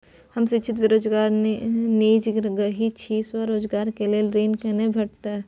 हम शिक्षित बेरोजगार निजगही छी, स्वरोजगार के लेल ऋण केना भेटतै?